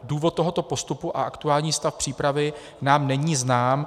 Důvod tohoto postupu a aktuální stav přípravy nám není znám.